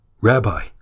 Rabbi